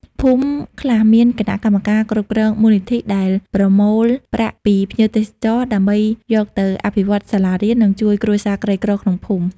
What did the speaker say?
ភូមិខ្លះមានគណៈកម្មការគ្រប់គ្រងមូលនិធិ ដែលប្រមូលប្រាក់ពីភ្ញៀវទេសចរណ៍ ដើម្បីយកទៅអភិវឌ្ឍសាលារៀន និងជួយគ្រួសារក្រីក្រក្នុងភូមិ។